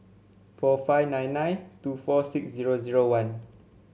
four five nine nine two four six zero zero one